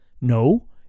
No